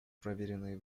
проверенные